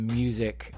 music